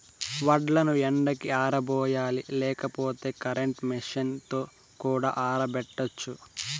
వడ్లను ఎండకి ఆరబోయాలి లేకపోతే కరెంట్ మెషీన్ తో కూడా ఆరబెట్టచ్చు